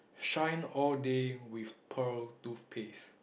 shine all the day with pearl toothpaste